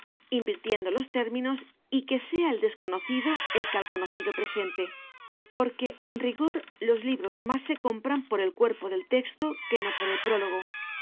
invirtiendo los términos y que sea el desconocido el que al conocido presente porque en rigor los libros más se compran por el cuerpo del texto que no por el prólogo